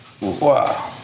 Wow